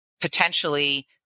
potentially